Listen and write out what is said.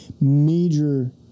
major